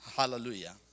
Hallelujah